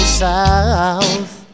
south